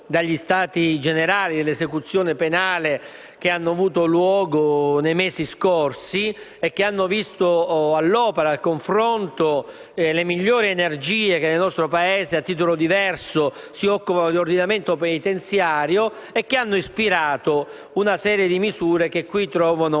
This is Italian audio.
dagli Stati generali dell'esecuzione penale, i cui lavori hanno avuto luogo nei mesi scorsi e che hanno visto all'opera e al confronto le migliori energie che nel nostro Paese, a titolo diverso, si occupano dell'ordinamento penitenziario e hanno ispirato una serie di misure che in